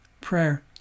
Prayer